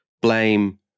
blame